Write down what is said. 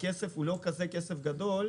הכסף הוא לא כזה כסף גדול,